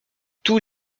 tous